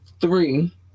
three